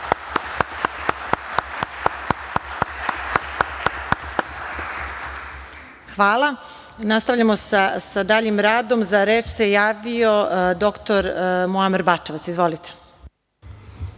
goste. Hvala. Nastavljamo sa daljim radom.Za reč se javio dr Muamer Bačevac. Izvolite.